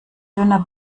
dünner